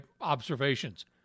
observations